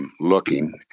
Looking